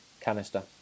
canister